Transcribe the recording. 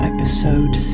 Episode